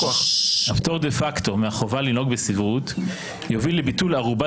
הפטור דה פקטו מהחובה לנהוג בסבירות יוביל לביטול ערובה